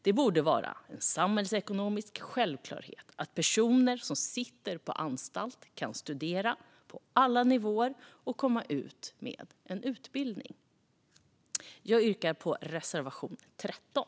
Det borde vara en samhällsekonomisk självklarhet att personer som sitter på anstalt kan studera på alla nivåer och komma ut med en utbildning. Jag yrkar bifall till reservation 13.